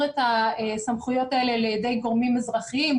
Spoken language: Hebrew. את הסמכויות האלה לידי גורמים אזרחיים,